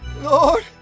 Lord